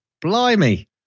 Blimey